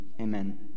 amen